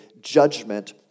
judgment